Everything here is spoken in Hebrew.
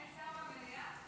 אין שר במליאה?